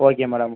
okay madam